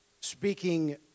speaking